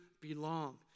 belong